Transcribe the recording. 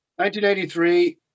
1983